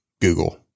Google